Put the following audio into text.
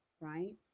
right